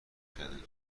کردهاند